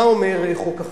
מה אומר חוק החרם?